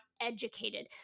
educated